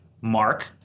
mark